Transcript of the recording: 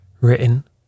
written